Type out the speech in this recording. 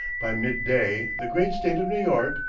by mid-day the great state of new york,